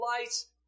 lights